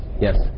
Yes